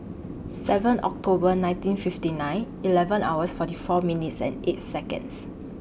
seven October nineteen fifty nine eleven hours forty four minutes eight Seconds